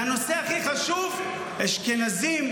והנושא הכי חשוב: אשכנזים,